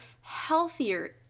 healthier